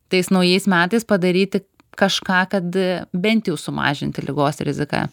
tais naujais metais padaryti kažką kad bent jau sumažinti ligos riziką